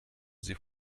sie